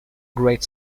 great